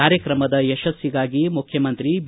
ಕಾರ್ಯಕ್ರಮದ ಯಶಸ್ವಿಗಾಗಿ ಮುಖ್ಯಮಂತ್ರಿ ಬಿ